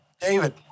david